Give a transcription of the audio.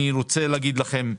אני רוצה להגיד לכם,